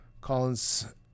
Collins